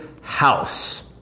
house